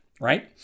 Right